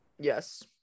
Yes